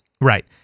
Right